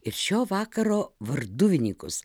ir šio vakaro varduvininkus